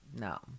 No